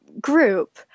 group